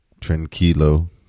tranquilo